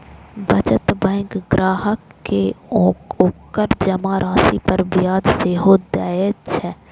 बचत बैंक ग्राहक कें ओकर जमा राशि पर ब्याज सेहो दए छै